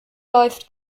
läuft